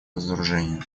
разоружению